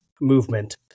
movement